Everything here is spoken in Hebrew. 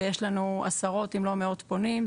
ויש לנו עשרות אם לא מאות פונים,